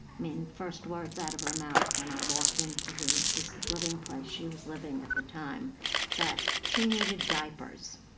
mean, the first words out of her mouth when i walked into the assisted living place she was living at the time that she needed diapers.